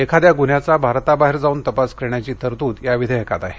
एखाद्या गुन्ह्याचा भारताबाहेर जाऊन तपास करण्याची तरतूद या विधेयकात आहे